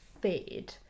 fade